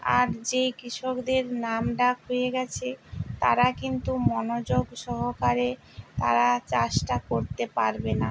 আর যেই কৃষকদের নাম ডাক হয়ে গেছে তারা কিন্তু মনোযোগ সহকারে তারা চাষটা করতে পারবে না